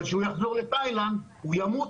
אבל כשהוא יחזור לתאילנד הוא ימות,